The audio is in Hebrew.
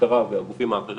משטרה והגופים האחרים.